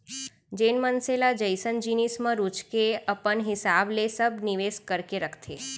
जेन मनसे ल जइसन जिनिस म रुचगे अपन हिसाब ले सब निवेस करके रखथे